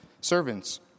servants